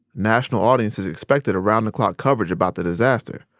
national audiences expected around-the-clock coverage about the disaster,